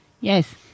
Yes